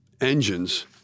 Engines